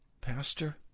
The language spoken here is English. Pastor